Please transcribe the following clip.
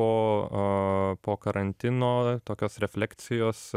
o a po karantino tokios refleksijos